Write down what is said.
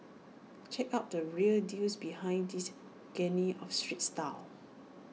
check out the real deals behind this of street style